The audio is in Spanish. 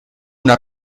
una